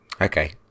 Okay